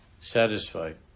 satisfied